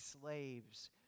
slaves